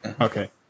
okay